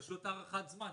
זו פשוט הארכת זמן.